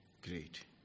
great